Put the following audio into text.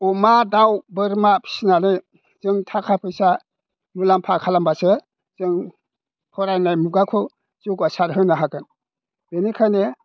अमा दाउ बोरमा फिसिनानै जों थाखा फैसा मुलाम्फा खालामब्लासो जों फरायनाय मुगाखौ जौगासार होनो हागोन बेनिखायनो